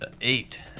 eight